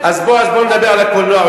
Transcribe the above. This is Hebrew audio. אז בוא נדבר על הקולנוע,